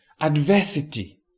Adversity